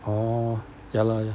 orh ya lah